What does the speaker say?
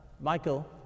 Michael